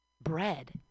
bread